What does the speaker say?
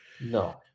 No